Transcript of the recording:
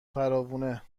فراوونه